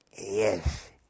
Yes